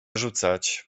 rzucać